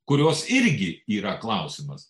kurios irgi yra klausimas